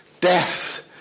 death